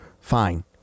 fine